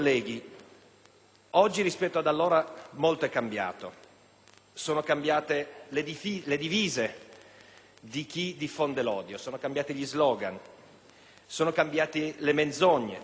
oggi rispetto ad allora molto è cambiato: sono cambiate le divise di chi diffonde l'odio, sono cambiati gli slogan, sono cambiate le menzogne,